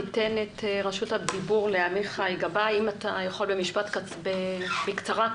עמיחי גבאי בבקשה.